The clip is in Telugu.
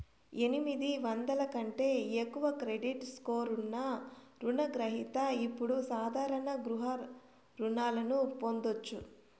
ఎనిమిది వందల కంటే ఎక్కువ క్రెడిట్ స్కోర్ ఉన్న రుణ గ్రహిత ఇప్పుడు సాధారణ గృహ రుణాలను పొందొచ్చు